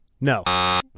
No